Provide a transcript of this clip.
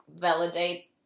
validate